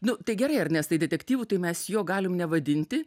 nu tai gerai ernestai detektyvu tai mes jo galim nevadinti